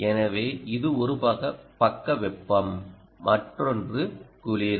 எனவே இது ஒரு பக்க வெப்பம் மற்றொன்று குளிர்